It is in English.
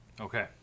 Okay